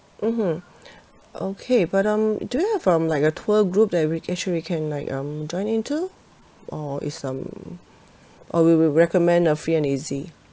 mmhmm okay but um do you have um like a tour group that we actually can like um join in to or is some or you will recommend a free and easy